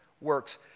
works